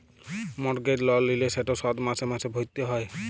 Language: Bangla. মর্টগেজ লল লিলে সেট শধ মাসে মাসে ভ্যইরতে হ্যয়